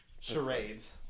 charades